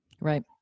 Right